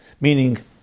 meaning